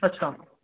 अच्छा